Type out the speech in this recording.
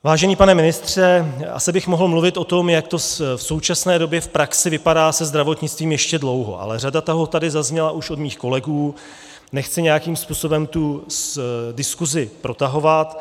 Vážený pane ministře, asi bych mohl mluvit o tom, jak to v současné době v praxi vypadá se zdravotnictvím, ještě dlouho, ale řada toho tady zazněla už od mých kolegů, nechci nějakým způsobem tu diskusi protahovat.